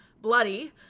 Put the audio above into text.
bloody